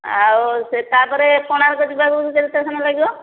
ଆଉ ସେ ତାପରେ କୋଣାର୍କ ଯିବାକୁ କେତେ ସମୟ ଲାଗିବ